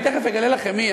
אני תכף אגלה לכם מי היא,